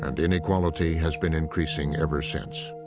and inequality has been increasing ever since.